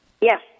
Yes